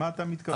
מה אתה מתכוון?